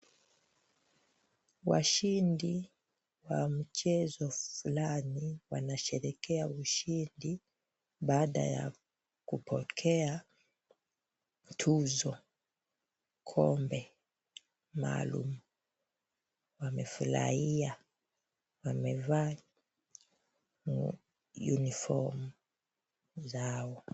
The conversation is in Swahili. Washindi wa mchezo fulani wanasherehekea ushindi baada ya kupokea tuzo, kombe maalum. Wamefurahi. Wamevaa uniform zao.